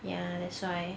ya that's why